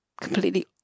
completely